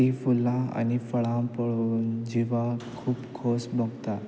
तीं फुलां आनी फळां पळोवन जिवाक खूब खोस भोगता